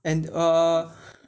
and uh